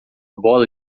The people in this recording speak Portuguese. bola